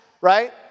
right